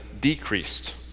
decreased